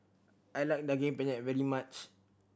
I like Daging Penyet very much